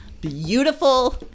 beautiful